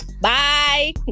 bye